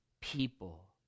people